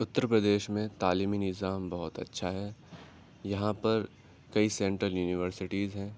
اتر پردیش میں تعلیمی نظام بہت اچھا ہے یہاں پر کئی سنٹرل یونیورسیٹیز ہیں